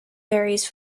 varies